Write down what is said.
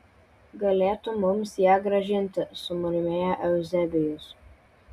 galėtų mums ją grąžinti sumurmėjo euzebijus